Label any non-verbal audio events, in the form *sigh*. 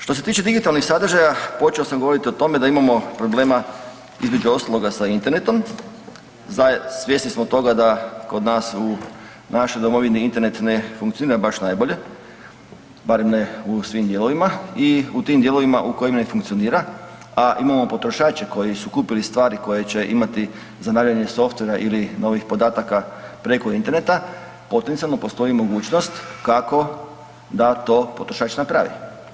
Što se tiče digitalnih sadržaja, počeo sam govoriti o tome da imamo problema, između ostaloga, sa internetom, svjesni smo toga da kod nas u našoj domovini, internet ne funkcionira baš najbolje, barem ne u svim dijelovima i u tim dijelovima u kojima ne funkcionira, a imamo potrošače koji su kupili stvari koje će imati ... *unintelligible* softvera ili novih podataka preko interneta, potencijalno postoji mogućnost kako da to potrošač napravi.